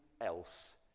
else